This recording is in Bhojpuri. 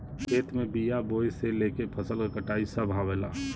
खेत में बिया बोये से लेके फसल क कटाई सभ आवेला